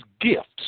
gifts